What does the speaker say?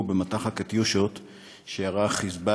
נועד להכיר ולכבד את תרומתם של אזרחים שפועלים בשעת חירום